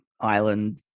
island